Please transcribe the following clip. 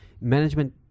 management